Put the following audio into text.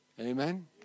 Amen